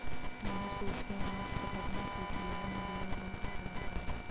मैंने सूप से अनाज फटकना सीख लिया है मुझे यह बहुत अच्छा लगता है